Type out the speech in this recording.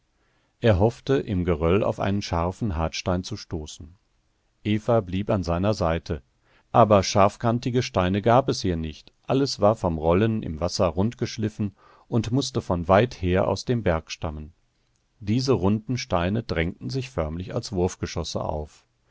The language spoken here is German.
er hoffte im geröll auf einen scharfen hartstein zu stoßen eva blieb an seiner seite aber scharfkantige steine gab es hier nicht alles war vom rollen im wasser rundgeschliffen und mußte von weither aus dem berg stammen diese runden steine drängten sich förmlich als wurfgeschosse auf